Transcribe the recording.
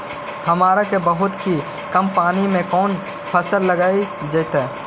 हमरा के बताहु कि कम पानी में कौन फसल लग जैतइ?